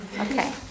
okay